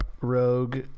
Rogue